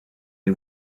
les